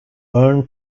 earn